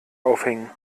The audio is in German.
aufhängen